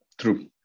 True